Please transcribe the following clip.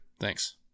thanks